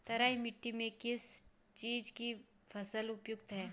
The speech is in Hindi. तराई मिट्टी में किस चीज़ की फसल उपयुक्त है?